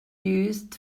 used